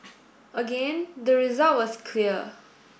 again the result was clear